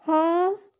ਹਾਂ